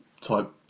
type